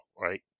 Right